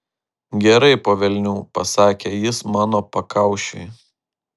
gerai po velnių pasakė jis mano pakaušiui